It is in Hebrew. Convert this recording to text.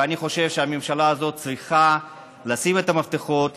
ואני חושב שהממשלה הזאת צריכה לשים את המפתחות,